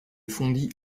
fondit